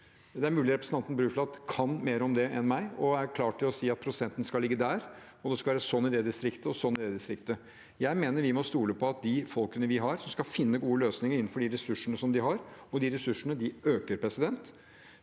Det er mulig representanten Bruflot kan mer om det enn meg og er klar til å si at prosenten skal ligge der, og at det skal være sånn i det distriktet og sånn i det distriktet. Jeg mener vi må stole på at de folkene vi har, skal finne gode løsninger innenfor de ressursene som de har, og de ressursene øker, men